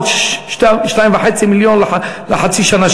ועוד 2.5 מיליון לחצי שנה,